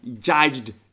judged